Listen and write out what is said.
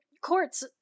courts